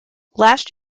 that